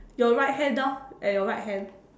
your right hand orh at your right hand